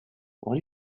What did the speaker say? what